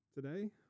Today